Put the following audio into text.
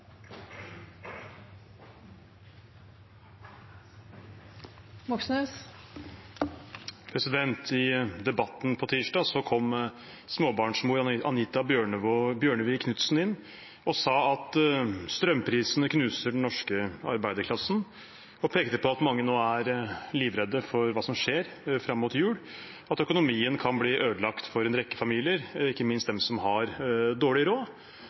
I «Debatten» på tirsdag sa småbarnsmor Anita Bjørnevig Knutsen at strømprisene knuser den norske arbeiderklassen, og hun pekte på at mange nå er livredde for hva som skjer fram mot jul, og at økonomien kan bli ødelagt for en rekke familier, ikke minst for dem som har dårlig råd.